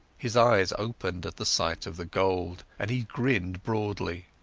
his eyes opened at the sight of the gold, and he grinned broadly.